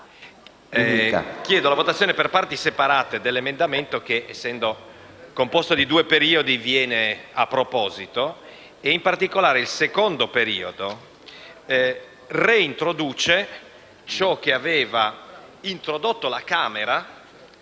la votazione per parti separate dell'emendamento 1.4, che, essendo composto di due periodi, viene a proposito. In particolare, il secondo periodo reintroduce ciò che aveva introdotto la Camera